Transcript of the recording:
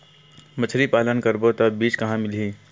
मछरी पालन करबो त बीज कहां मिलही?